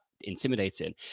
intimidating